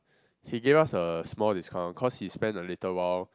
he gave us a small discount cause he spent a little while